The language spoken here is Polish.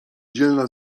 dzielna